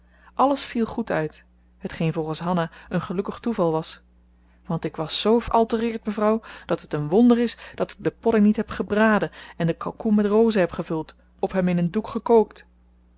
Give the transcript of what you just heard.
alles viel goed uit hetgeen volgens hanna een gelukkig toeval was want ik was zoo veraltereerd mevrouw dat het een wonder is dat ik de podding niet heb gebraden en den kalkoen met rozijnen heb opgevuld of hem in een doek gekookt